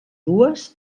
dues